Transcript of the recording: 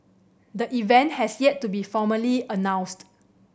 the event has yet to be formally announced